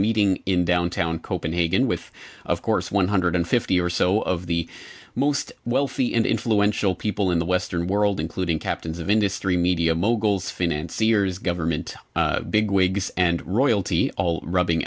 meeting in downtown copenhagen with of course one hundred fifty or so of the most wealthy and influential people in the western world including captains of industry media moguls financiers government big wigs and royalty all rubbing